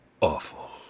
awful